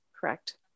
Correct